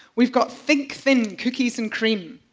we've got think thin. cookies and cream.